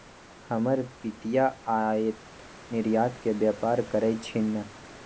हमर पितिया आयात निर्यात के व्यापार करइ छिन्ह